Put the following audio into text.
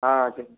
ஆ சரி